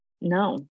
no